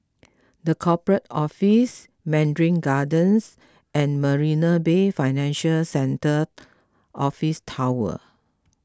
the Corporate Office Mandarin Gardens and Marina Bay Financial Centre Office Tower